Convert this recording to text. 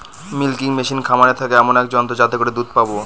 milking machine খামারে থাকা এমন এক যন্ত্র যাতে করে দুধ পাবো